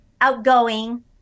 outgoing